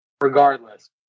regardless